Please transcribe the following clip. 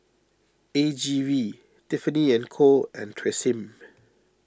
A G V Tiffany and Co and Tresemme